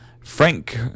Frank